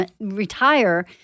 retire